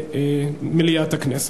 במליאת הכנסת.